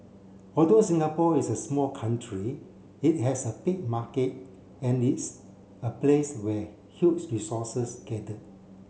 although Singapore is a small country it has a big market and its a place where huge resources gather